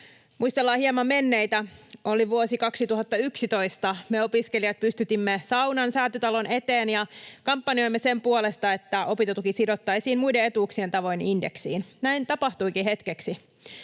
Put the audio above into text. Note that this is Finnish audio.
Muistellaan hieman menneitä. Oli vuosi 2011. Me opiskelijat pystytimme saunan Säätytalon eteen ja kampanjoimme sen puolesta, että opintotuki sidottaisiin muiden etuuksien tavoin indeksiin. Näin tapahtuikin hetkeksi.